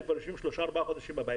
כבר יושבים שלושה-ארבעה חודשים בבית,